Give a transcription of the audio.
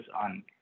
on